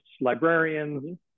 librarians